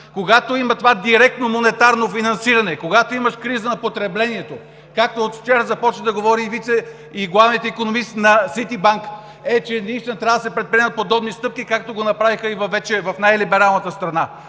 Когато има това директно монетарно финансиране, когато има криза на потреблението, както от вчера започна да говори и главният икономист на Ситибанк, наистина трябва да се предприемат подобни стъпки, както го направиха вече в най-либералната страна!